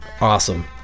awesome